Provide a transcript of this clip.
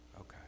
Okay